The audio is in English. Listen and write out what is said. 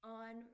on